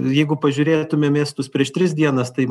jeigu pažiūrėtume miestus prieš tris dienas tai